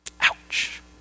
Ouch